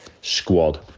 squad